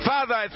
Father